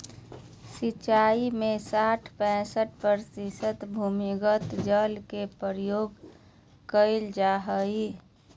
सिंचाई में साठ पईंसठ प्रतिशत भूमिगत जल के प्रयोग कइल जाय हइ